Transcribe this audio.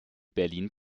berlin